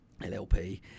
LLP